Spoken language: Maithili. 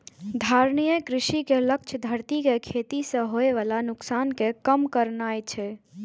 धारणीय कृषि के लक्ष्य धरती कें खेती सं होय बला नुकसान कें कम करनाय छै